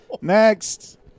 next